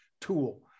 tool